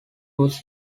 was